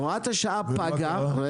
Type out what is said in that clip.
הוראת השעה פגה,